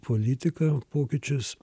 politiką pokyčius